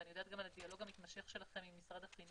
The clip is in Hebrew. ואני יודעת על הדיאלוג המתמשך שלכם עם משרד החינוך.